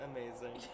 Amazing